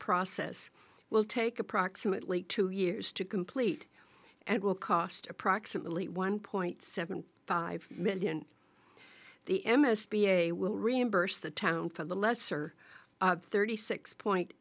process will take approximately two years to complete and will cost approximately one point seven five million the m s b a will reimburse the town for the lesser thirty six point